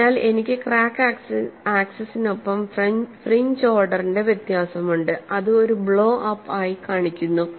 അതിനാൽ എനിക്ക് ക്രാക്ക് ആക്സിസിനൊപ്പം ഫ്രിഞ്ച് ഓർഡറിന്റെ വ്യത്യാസമുണ്ട് അത് ഒരു ബ്ലോ അപ് ആയി കാണിക്കുന്നു